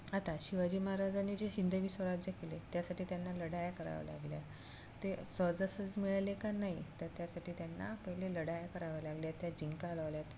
आता शिवाजी महाराजांनी जे हिंदवी स्वराज्य केले त्यासाठी त्यांना लढाया कराव्या लागल्या ते सहजासहज मिळाले का नाही तर त्यासाठी त्यांना पहिले लढाया कराव्या लागल्या त्या जिंका लावल्या आहेत